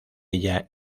ella